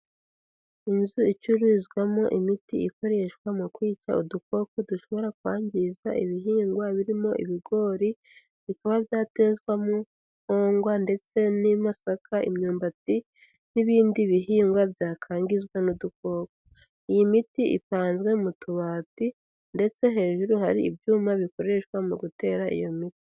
Inzu icururizwamo imiti ikoreshwa mu kwica udukoko dushobora kwangiza ibihingwa, birimo ibigori, bikaba byatezwamo nkongwa ndetse n'amasaka, imyumbati n'ibindi bihingwa byakangizwa n'udukoko. Iyi miti ipanzwe mu tubati, ndetse hejuru hari ibyuma bikoreshwa mu gutera iyo miti.